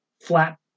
flat